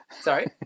sorry